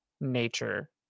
nature